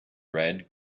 red